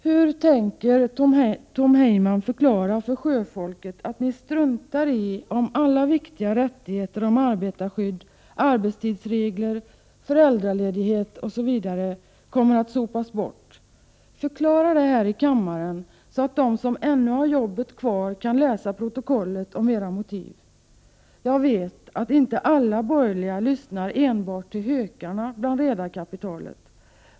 Hur tänker Tom Heyman förklara för sjöfolket att ni struntar i om alla viktiga rättigheter i fråga om arbetarskydd, arbetstidsregler, föräldraledighet osv. kommer att sopas bort? Förklara det här i kammaren, så att de som ännu har jobbet kvar kan läsa i protokollet om era motiv! Jag vet att inte alla borgerliga lyssnar enbart till hökarna bland redarkapitalet.